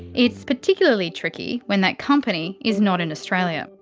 it's particularly tricky when that company is not in australia.